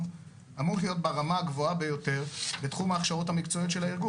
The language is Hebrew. אמור להיות ברמה הגבוהה ביותר בתחום ההכשרות המקצועיות של הארגון.